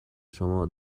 شما